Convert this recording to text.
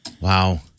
Wow